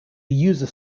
user